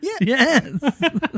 Yes